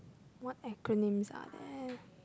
what acronyms are there